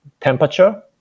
temperature